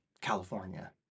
California